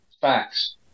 facts